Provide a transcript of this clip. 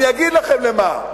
אגיד לכם למה: